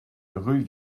rue